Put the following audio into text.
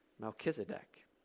Melchizedek